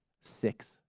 Six